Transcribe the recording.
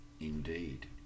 Indeed